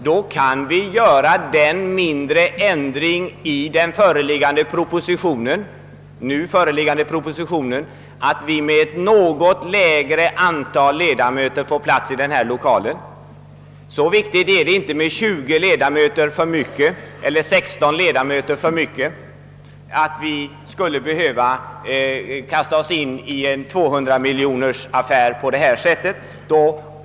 Då skulle vi kunna göra en sådan mindre ändring i den nu föreliggande propositionen att riksdagen får ett något lägre antal ledamöter, som kan beredas plats i den nuvarande lokalen. Så viktiga är inte dessa tjugo eller sexton ledamöter som blir över, att vi för deras skull behöver kasta oss in i en tvåhundramiljonersaffär.